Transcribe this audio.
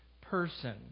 person